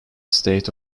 state